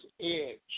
edge